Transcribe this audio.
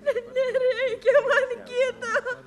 bet nereikia man kito